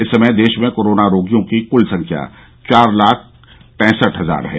इस समय देश में कोरोना रोगियों की कुल संख्या चार लाख पैंसठ हजार है